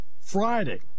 Friday